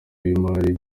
y’imari